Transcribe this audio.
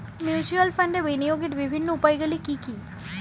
Mutual ফান্ডে বিনিয়োগের বিভিন্ন উপায়গুলি কি কি?